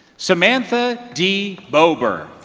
samantha d. bogart.